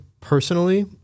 personally